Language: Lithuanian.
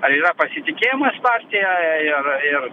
ar yra pasitikėjimas partija ir ir